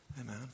Amen